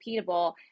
repeatable